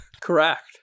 Correct